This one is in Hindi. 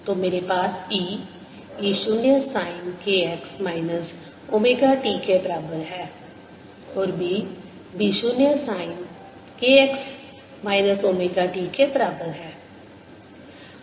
तो मेरे पास E E 0 sine k x minus omega t के बराबर है और B B 0 sine k x minus omega t के बराबर है